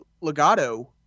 Legato